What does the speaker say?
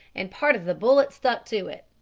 and part of the bullet stuck to it.